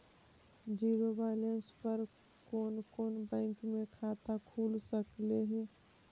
Zero balance पर कोन कोन बैंक में खाता खुल सकले हे?